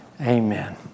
Amen